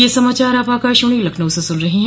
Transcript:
ब्रे क यह समाचार आप आकाशवाणी लखनऊ से सुन रहे हैं